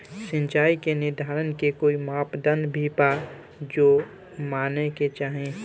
सिचाई निर्धारण के कोई मापदंड भी बा जे माने के चाही?